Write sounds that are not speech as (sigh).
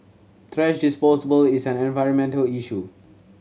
thrash (unintelligible) is an environmental issue